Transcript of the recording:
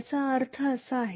याचा अर्थ असा आहे